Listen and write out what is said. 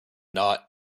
not